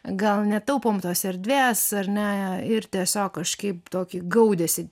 gal netaupom tos erdvės ar ne ir tiesiog kažkaip tokį gaudesį